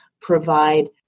provide